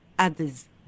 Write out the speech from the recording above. others